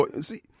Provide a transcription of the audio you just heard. see